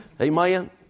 amen